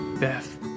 Beth